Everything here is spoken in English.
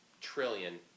trillion